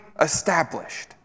established